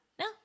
No